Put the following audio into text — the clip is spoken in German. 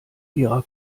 ihrer